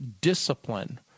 discipline